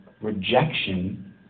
rejection